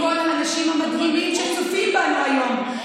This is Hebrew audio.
לכל האנשים המדהימים שצופים בנו היום,